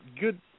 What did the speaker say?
good